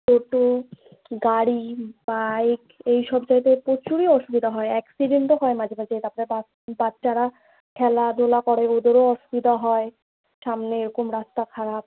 যেহেতু গাড়ি বাইক এই সব যাদের প্রচুরই অসুবিধা হয় অ্যাক্সিডেন্টও হয় মাঝে মাঝে তারপরে বা বাচ্চারা খেলাধুলা করে ওদেরও অসুবিধা হয় সামনে এরকম রাস্তা খারাপ